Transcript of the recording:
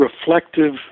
reflective